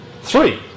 three